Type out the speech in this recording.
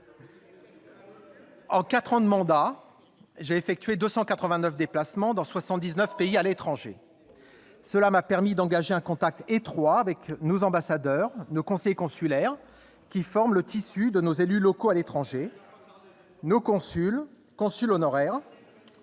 En quatre ans de mandat, j'ai effectué 289 déplacements dans 79 pays à l'étranger. Cela m'a permis d'engager un contact étroit avec nos ambassadeurs, nos conseillers consulaires, qui forment le tissu de nos élus locaux à l'étranger, nos consuls, nos consuls honoraires